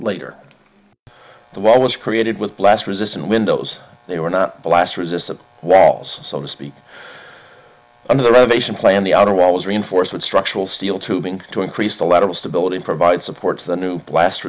later the wall was created with blast resistant windows they were not blast resistant walls so to speak under the rotation plan the outer wall was reinforced with structural steel tubing to increase the lateral stability provide support to the new blast